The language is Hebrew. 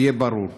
שיהיה ברור.